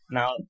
Now